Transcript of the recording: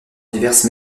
diverses